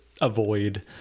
avoid